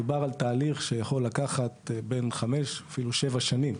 מדובר על תהליך שיכול לקחת אפילו שבע שנים,